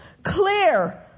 clear